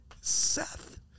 Seth